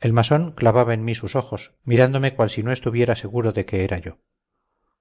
el masón clavaba en mí sus ojos mirándome cual si no estuviera seguro de que era yo